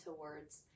words